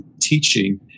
teaching